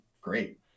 great